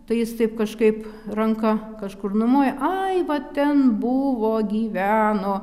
tai jis taip kažkaip ranka kažkur numojo ai va ten buvo gyveno